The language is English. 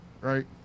right